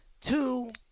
two